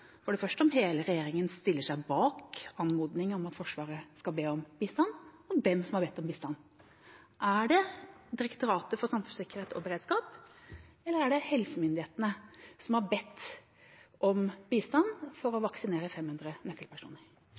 for det første, om hele regjeringa stiller seg bak anmodningen om at Forsvaret skal be om bistand, eller hvem som har bedt om bistand. Er det Direktoratet for samfunnssikkerhet og beredskap, eller er det helsemyndighetene som har bedt om bistand for å vaksinere 500 nøkkelpersoner?